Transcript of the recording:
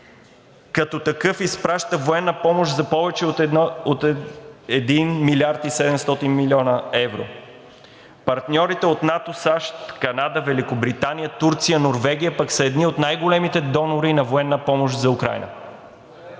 като такъв изпраща военна помощ за повече от 1 млрд. 700 млн. евро. Партньорите от НАТО – САЩ, Канада, Великобритания, Турция, Норвегия, пък са едни от най-големите донори на военна помощ за Украйна.